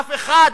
אף אחד,